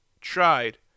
tried